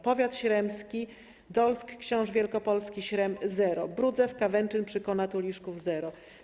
Powiat śremski: Dolsk, Książ Wielkopolski, Śrem - zero, Budzew, Kawęczyn, Przykona, Tuliszków - zero.